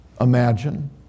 imagine